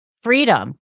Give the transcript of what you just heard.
freedom